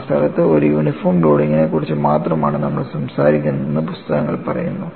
ആ സ്ഥലത്ത് ഒരു യൂണിഫോം ലോഡിംഗിനെക്കുറിച്ച് മാത്രമാണ് നമ്മൾ സംസാരിക്കുന്നതെന്ന് പുസ്തകങ്ങൾ പറയുന്നു